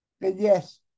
Yes